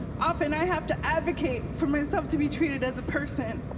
often i have to advocate for myself to be treated as a person.